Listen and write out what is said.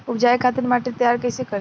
उपजाये खातिर माटी तैयारी कइसे करी?